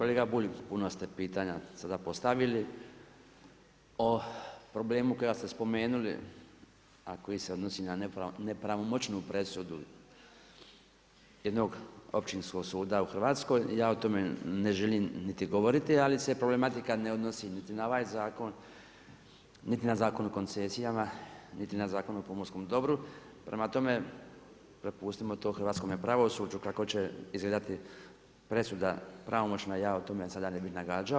Kolega Bulj, puno ste pitanja sada postavili o problemu kada ste spomenuli a koji se odnosi na nepravomoćnu presudu jednog općinskog suda u Hrvatskoj, ja o tome ne želim niti govoriti ali se problematika ne odnosi niti na ovaj zakon, niti na Zakon o koncesijama, niti na zakon o pomorskom dobru, prema tome prepustimo to hrvatskome pravosuđu kako će izgledati presuda pravomoćna, ja o tome sada ne bih nagađao.